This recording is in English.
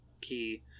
key